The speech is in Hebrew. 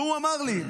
והוא אמר לי,